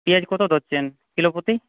পেঁয়াজ কত ধরছেন কিলো প্রতি